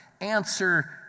answer